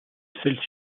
selles